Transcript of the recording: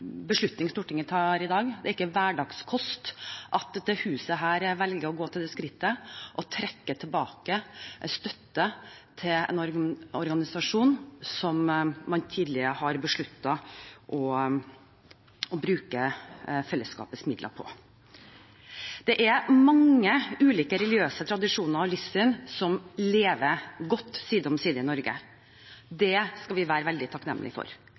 beslutning Stortinget tar i dag. Det er ikke hverdagskost at dette huset velger å gå til det skrittet å trekke tilbake støtte til en organisasjon som man tidligere har besluttet å bruke av fellesskapets midler på. Det er mange ulike religiøse tradisjoner og livssyn som lever godt side om side i Norge. Det skal vi være veldig takknemlige for.